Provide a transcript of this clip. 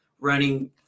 running